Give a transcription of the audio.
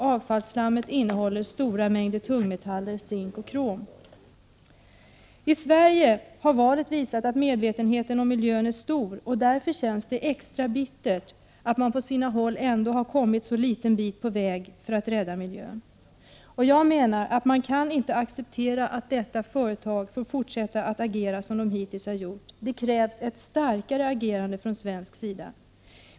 Avfallsslammet innehåller stora mängder tungmetaller zink och krom. I Sverige har valet visat att medvetenheten om miljön är stor. Därför känns det extra bittert att man på sina håll har kommit en så liten bit på väg för att rädda miljön. Därför menar jag att vi inte kan acceptera att detta företag får fortsätta att agera som det hittills har gjort. Det krävs ett starkare agerande från svensk sida.